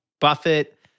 Buffett